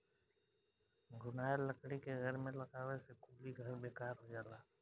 घुनाएल लकड़ी के घर में लगावे से कुली घर बेकार हो जाला